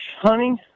Hunting